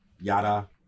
yada